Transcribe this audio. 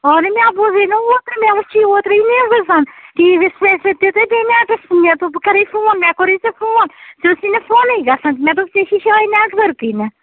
اہنُو مےٚ بوٗزٕے نہٕ اوترٕ مےٚ وُچھ اوترٕے نِوز ٹی وی یَس پٮ۪ٹھ تہِ تہٕ بیٚیہِ نیٚٹس مےٚ دوٚپ بہٕ کَرے فون مےٚ کوٚرُے ژےٚ فون ژےٚ اوسٕے نہٕ فونٕے گژھان مےٚ دوٚپ ژےٚ چھُے شاید نیٹؤرکٕے نہٕ